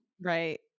Right